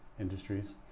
industries